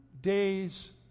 days